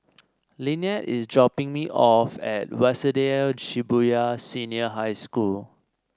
lynnette is dropping me off at Waseda Shibuya Senior High School